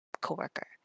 coworker